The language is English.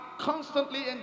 constantly